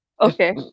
Okay